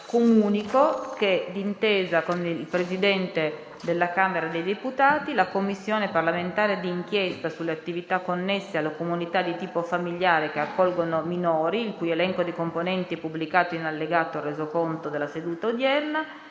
Comunico che, d'intesa con il Presidente della Camera dei deputati, la Commissione parlamentare di inchiesta sulle attività connesse alle comunità di tipo familiare che accolgono minori, il cui elenco dei componenti è pubblicato in allegato al Resoconto della seduta odierna,